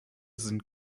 sind